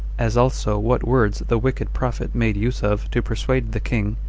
as also what words the wicked prophet made use of to persuade the king,